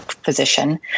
physician